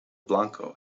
blanco